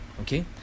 Okay